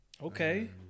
Okay